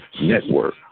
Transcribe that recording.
network